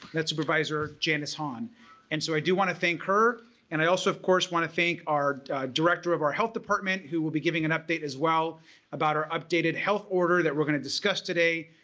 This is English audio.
that is supervisor janice hahn and so i do want to thank her and i also of course want to thank our director of our health department who will be giving an update as well about our updated health order that we're going to discuss today.